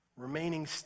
remaining